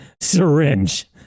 syringe